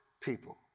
people